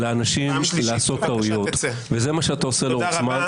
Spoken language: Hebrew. עודף שימוש בכוח -- זה שאתה יושב-ראש,